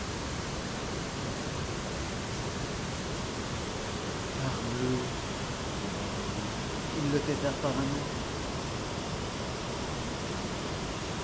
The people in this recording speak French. temps savamment observé parbleu dit de la hourmerie il le fait faire par un autre il ricana